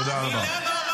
אדוני, עבר הזמן.